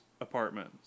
apartment